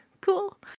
cool